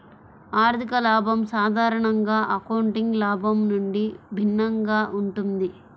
ఆర్థిక లాభం సాధారణంగా అకౌంటింగ్ లాభం నుండి భిన్నంగా ఉంటుంది